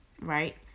right